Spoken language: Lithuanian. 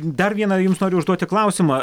dar vieną jums noriu užduoti klausimą